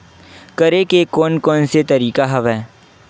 करे के कोन कोन से तरीका हवय?